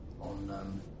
on